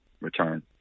return